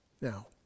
Now